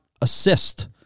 assist